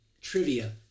trivia